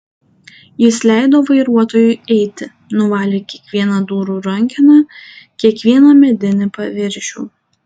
jis leido vairuotojui eiti nuvalė kiekvieną durų rankeną kiekvieną medinį paviršių